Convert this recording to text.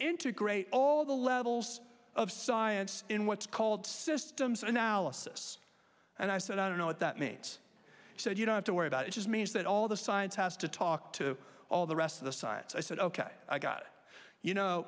integrate all the levels of science in what's called systems analysis and i said i don't know what that means so you don't have to worry about it just means that all the science has to talk to all the rest of the science i said ok i got you know